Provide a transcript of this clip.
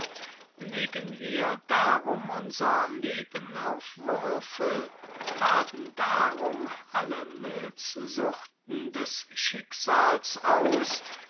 legen wir darum unser leben auf würfel baden darum alle milzsuchten des schicksals aus